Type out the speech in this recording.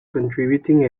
contributing